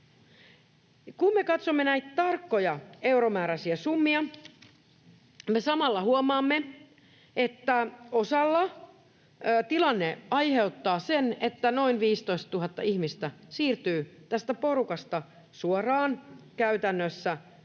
Kun me katsomme näitä tarkkoja euromääräisiä summia, me samalla huomaamme, että osalla tilanne aiheuttaa sen, että noin 15 000 ihmistä siirtyy tästä porukasta käytännössä suoraan